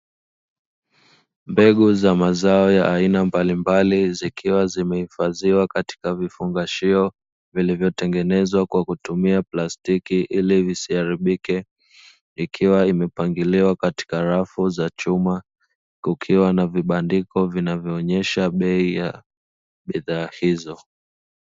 Mbegu za mazao ya aina mbalimbali zikiwa zimehifadhiwa katika vifungashio vilivyotengenezwa kwa kutumia plastiki ili visiharibike ikiwa imepangiliwa katika rafu za chuma kukiwa na vibandiko vinavyoonyesha bei ya bidhaa hizo.